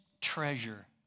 treasure